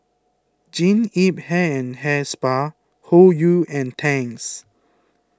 Jean Yip Hair and Hair Spa Hoyu and Tangs